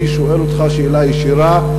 אני שואל אותך שאלה ישירה,